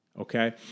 Okay